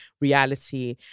reality